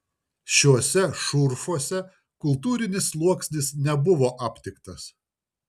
šiuose šurfuose kultūrinis sluoksnis nebuvo aptiktas